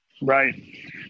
Right